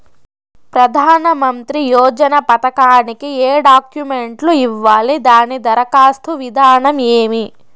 ప్రధానమంత్రి యోజన పథకానికి ఏ డాక్యుమెంట్లు ఇవ్వాలి దాని దరఖాస్తు విధానం ఏమి